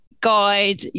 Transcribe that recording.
guide